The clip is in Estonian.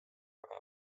väga